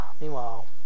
meanwhile